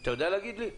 אתה יודע להגיד לי?